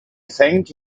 thanked